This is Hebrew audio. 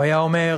הוא היה אומר,